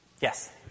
Yes